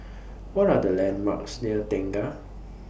What Are The landmarks near Tengah